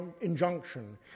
injunction